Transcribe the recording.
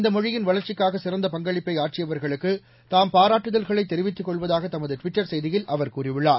இந்த மொழியின் வளர்ச்சிக்காக சிறந்த பங்களிப்பை ஆற்றியவர்களுக்கு தாம் பாராட்டுதல்களை தெரிவித்துக் கொள்வதாக தமது ட்விட்டர் செய்தியில் அவர் கூறியுள்ளார்